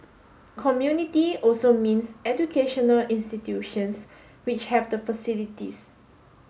community also means educational institutions which have the facilities